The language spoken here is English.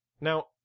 Now